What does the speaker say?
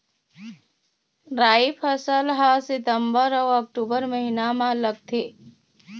राई फसल हा सितंबर अऊ अक्टूबर महीना मा लगथे